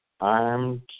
armed